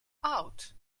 out